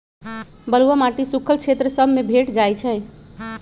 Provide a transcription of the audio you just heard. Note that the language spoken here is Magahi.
बलुआ माटी सुख्खल क्षेत्र सभ में भेंट जाइ छइ